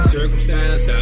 Circumcised